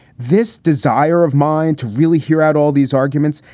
this desire of mine to really hear out all these arguments,